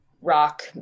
rock